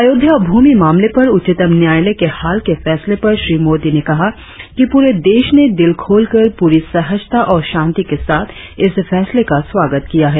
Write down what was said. अयोध्या भूमि मामले पर उच्चतम न्यायालय के हाल के फैसले पर श्री मोदी ने कहा कि पूरे देश ने दिल खोलकर पूरी सहजता और शांति के साथ इस फैसले का स्वागत किया है